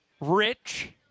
rich